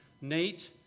Nate